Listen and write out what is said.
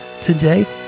today